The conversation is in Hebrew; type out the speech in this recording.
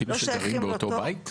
אפילו שגרים באותו בית?